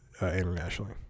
internationally